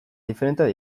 diferenteak